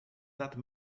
that